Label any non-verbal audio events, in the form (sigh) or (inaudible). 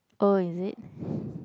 oh is it (breath)